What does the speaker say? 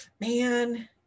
man